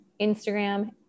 instagram